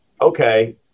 okay